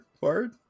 word